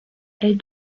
elle